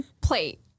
plate